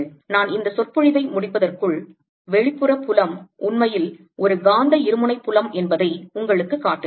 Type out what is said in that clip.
நான் இந்த சொற்பொழிவை முடிப்பதற்குள் வெளிப்புற புலம் உண்மையில் ஒரு காந்த இருமுனை புலம் என்பதை உங்களுக்குக் காட்டுகிறேன்